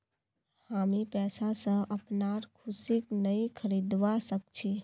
हामी पैसा स अपनार खुशीक नइ खरीदवा सख छि